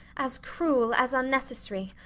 as cruel as unnecessary!